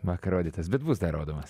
vakar rodytas bet bus dar rodomas